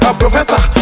professor